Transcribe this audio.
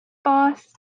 boss